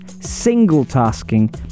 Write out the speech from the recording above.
single-tasking